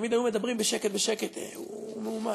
שתמיד היו מדברים בשקט-בשקט: הוא מאומץ,